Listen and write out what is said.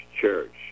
church